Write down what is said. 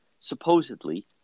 supposedly